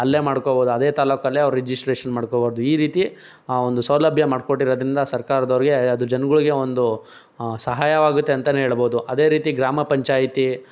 ಅಲ್ಲೇ ಮಾಡ್ಕೊಬೋದು ಅದೇ ತಾಲೂಕಲ್ಲೇ ಅವ್ರು ರಿಜಿಸ್ಟ್ರೇಷನ್ ಮಾಡ್ಕೊಬೋದು ಈ ರೀತಿ ಆ ಒಂದು ಸೌಲಭ್ಯ ಮಾಡ್ಕೊಟ್ಟಿರೋದ್ರಿಂದ ಸರ್ಕಾರದವ್ರಿಗೆ ಅದು ಜನ್ಗಳ್ಗೆ ಒಂದು ಸಹಾಯವಾಗತ್ತೆ ಅಂತಾನೆ ಹೇಳ್ಬೋದು ಅದೇ ರೀತಿ ಗ್ರಾಮ ಪಂಚಾಯಿತಿ